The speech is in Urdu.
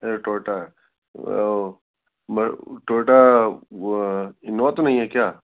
اچھا ٹوئیٹا ہے میں ٹوئیٹا وہ انووا تو نہیں ہے کیا